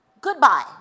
Goodbye